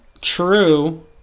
True